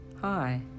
Hi